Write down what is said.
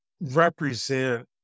represent